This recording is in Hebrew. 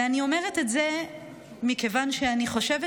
ואני אומרת את זה מכיוון שאני חושבת